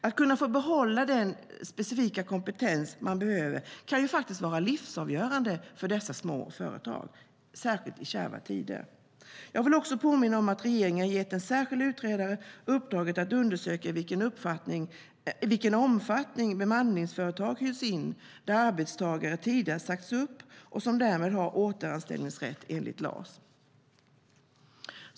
Att kunna behålla den specifika kompetens man behöver kan faktiskt vara livsavgörande för dessa små företag, särskilt i kärva tider. Jag vill också påminna om att regeringen har gett en särskild utredare uppdraget att undersöka i vilken omfattning bemanningsföretag hyrs in när arbetstagare tidigare har sagts upp och därmed har återanställningsrätt enligt LAS.